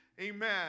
Amen